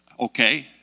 okay